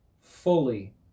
fully